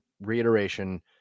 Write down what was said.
reiteration